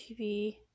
tv